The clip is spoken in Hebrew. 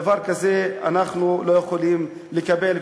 דבר כזה אנחנו לא יכולים לקבל.